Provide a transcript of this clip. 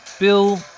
Bill